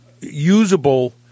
usable